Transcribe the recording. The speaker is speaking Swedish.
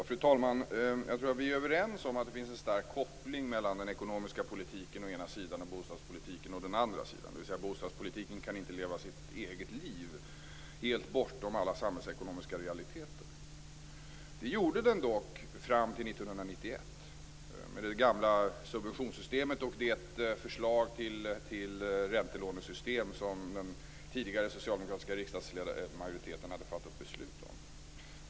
Fru talman! Jag tror vi är överens om att det finns en stark koppling mellan den ekonomiska politiken å ena sidan och bostadspolitiken å den andra sidan. Bostadspolitiken kan inte leva sitt eget liv helt bortom alla samhällsekonomiska realiteter. Det gjorde den dock fram till 1991 med det gamla subventionssystemet och det förslag till räntelånesystem som den tidigare socialdemokratiska riksdagsmajoriteten hade fattat beslut om.